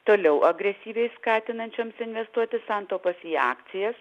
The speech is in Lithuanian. toliau agresyviai skatinančioms investuoti santaupas į akcijas